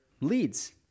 leads